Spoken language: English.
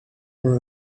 for